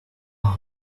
are